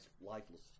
lifeless